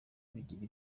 abigira